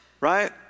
Right